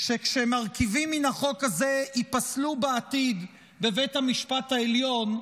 שכשמרכיבים מן החוק הזה ייפסלו בעתיד בבית המשפט העליון,